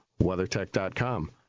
WeatherTech.com